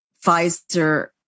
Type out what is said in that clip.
Pfizer